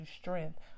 strength